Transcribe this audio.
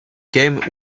game